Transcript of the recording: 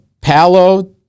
Palo